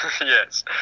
Yes